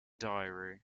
diary